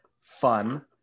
fun